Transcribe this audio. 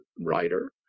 writer